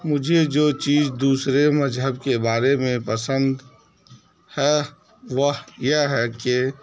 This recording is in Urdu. مجھے جو چیز دوسرے مذہب کے بارے میں پسند ہے وہ یہ ہے کہ